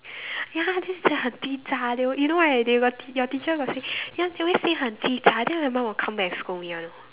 ya they say 很鸡杂 you know right they will your teacher will say ya they always say 很鸡杂 then my mum will come back and scold me one